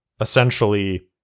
essentially